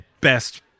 best